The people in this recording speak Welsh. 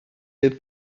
fydd